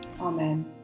Amen